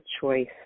choice